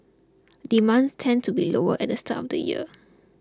demand tends to be lower at the start of the year